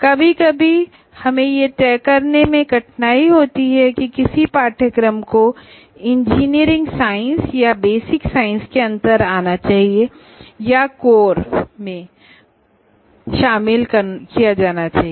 कभी कभी हमें यह तय करने में कठिनाई होती है कि किसी कोर्स को इंजीनियरिंग साइंस या बेसिक साइंस के अंतर्गत आना चाहिए या कोर वगैरह में शामिल किया जाना चाहिए